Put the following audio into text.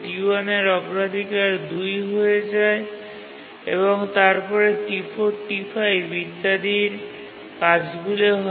T1 এর অগ্রাধিকার ২ হয়ে যায় এবং তারপরে T4 T5 ইত্যাদির কাজগুলি হয়